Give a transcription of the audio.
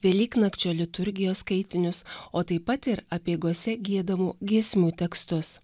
velyknakčio liturgijos skaitinius o taip pat ir apeigose giedamų giesmių tekstus